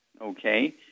Okay